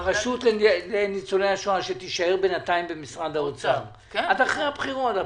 הרשות לניצולי השואה שתישאר בינתיים במשרד האוצר עד אחרי הבחירות.